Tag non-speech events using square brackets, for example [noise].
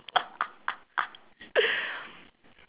[laughs]